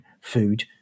food